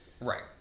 Right